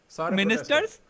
Ministers